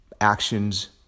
actions